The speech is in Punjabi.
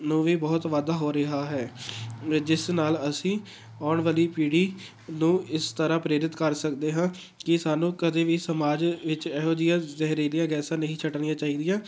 ਨੂੰ ਵੀ ਬਹੁਤ ਵਾਧਾ ਹੋ ਰਿਹਾ ਹੈ ਜਿਸ ਨਾਲ਼ ਅਸੀਂ ਆਉਣ ਵਾਲੀ ਪੀੜ੍ਹੀ ਨੂੰ ਇਸ ਤਰ੍ਹਾਂ ਪ੍ਰੇਰਿਤ ਕਰ ਸਕਦੇ ਹਾਂ ਕਿ ਸਾਨੂੰ ਕਦੇ ਵੀ ਸਮਾਜ ਵਿੱਚ ਇਹੋ ਜਿਹੀਆਂ ਜ਼ਹਿਰੀਲੀਆਂ ਗੈਸਾਂ ਨਹੀਂ ਛੱਡਣੀਆਂ ਚਾਹੀਦੀਆਂ